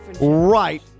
right